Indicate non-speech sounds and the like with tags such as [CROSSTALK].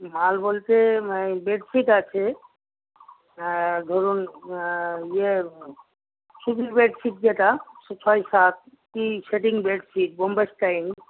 মাল বলতে বেডশিট আছে ধরুন ইয়ে [UNINTELLIGIBLE] বেডশিট যেটা ছয় সাত কি সেটিং বেডশিট বোম্বে স্টাইল